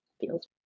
feels